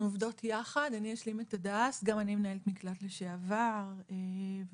אנחנו עובדות יחד וגם אני מנהלת מקלט לשעבר וליוויתי